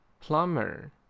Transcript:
Plumber